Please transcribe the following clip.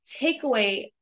takeaway